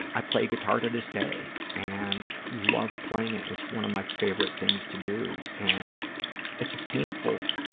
i play guitar to this day and love playing and it's one of my favorite things to do. and it's a painful